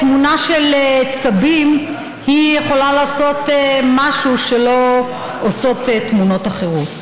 תמונה של צבים יכולה לעשות משהו שלא עושות תמונות אחרות.